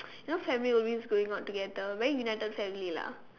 you know family always going out together very united family lah